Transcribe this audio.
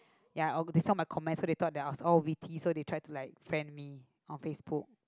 ya or they saw my comment so they thought that I oh witty so they try to like friend me on Facebook